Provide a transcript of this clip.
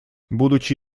будучи